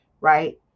right